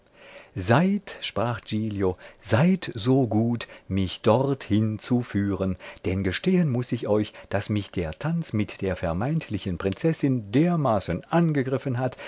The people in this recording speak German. seid sprach giglio seid so gut mich dorthin zu führen denn gestehen muß ich euch daß mich der tanz mit der vermeintlichen prinzessin dermaßen angegriffen hat